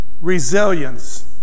Resilience